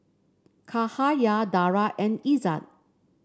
Cahaya Dara and Izzat